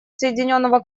соединенного